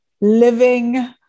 living